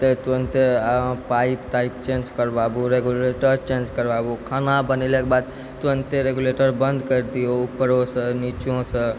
तऽ तुरते अहाँ पाइप ताइप चेन्ज करबाबू रेगुलेटर चेन्ज करबाबु खाना बनेलाक बाद तुरन्ते रेगुलेटर बन्द कर दियौ उपरोसँ नीचोसँ